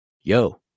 yo